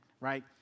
right